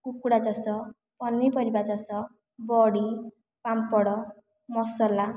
କୁକୁଡ଼ା ଚାଷ ପନିପରିବା ଚାଷ ବଡ଼ି ପାମ୍ପଡ଼ ମସଲା